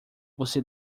você